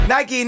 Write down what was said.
Nike